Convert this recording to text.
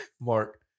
Mark